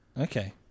Okay